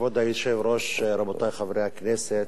כבוד היושב-ראש, רבותי חברי הכנסת,